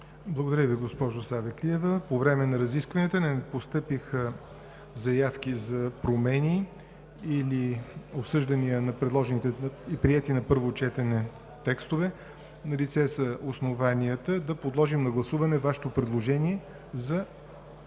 Благодаря Ви, госпожо Савеклиева – по време на разискванията не постъпиха заявки за промени или обсъждания на предложените и приети на първо четене текстове. Налице са основанията да подложим на гласуване Вашето предложение за второ